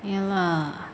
ya lah